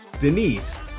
Denise